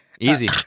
easy